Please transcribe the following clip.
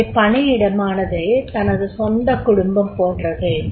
எனவே பணியிடமானது தனது சொந்த குடும்பம் போன்றது